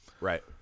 Right